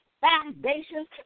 foundations